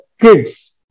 kids